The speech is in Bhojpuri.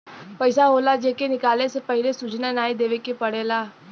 पइसा होला जे के निकाले से पहिले सूचना नाही देवे के पड़ेला